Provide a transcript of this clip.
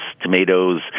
tomatoes